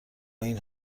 این